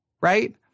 right